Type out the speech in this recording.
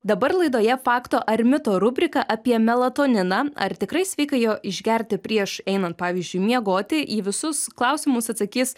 dabar laidoje fakto ar mito rubrika apie melatoniną ar tikrai sveika jo išgerti prieš einant pavyzdžiui miegoti į visus klausimus atsakys